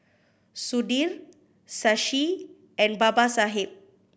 Sudhir Shashi and Babasaheb